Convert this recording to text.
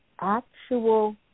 actual